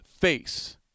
face